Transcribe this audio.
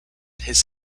his